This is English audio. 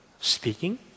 speaking